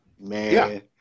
Man